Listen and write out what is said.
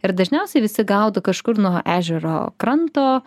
ir dažniausiai visi gaudo kažkur nuo ežero kranto